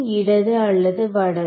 இடது அல்லது வலது